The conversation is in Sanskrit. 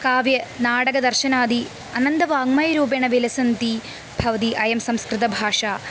काव्यनाटकदर्शनादि अनन्तं वाङमयरूपेण विलसन्ति भवन्ति अयं संस्कृतभाषा